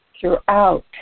throughout